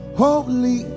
holy